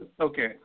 Okay